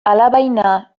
alabaina